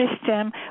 system